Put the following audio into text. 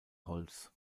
holz